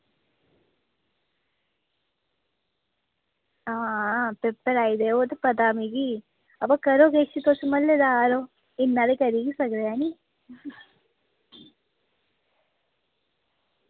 हां ते पढ़ाई ते ओह् ते पता मिगी अबा करो किश तुस म्हल्लेदार ओ इन्नी हारी करी गै सकदे ऐनी